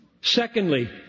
Secondly